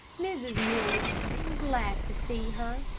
mrs. morris seemed glad to see her,